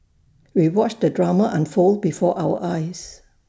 we watched the drama unfold before our eyes